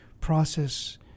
process